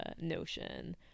notion